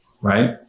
right